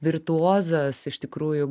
virtuozas iš tikrųjų